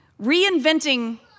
reinventing